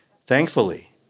Thankfully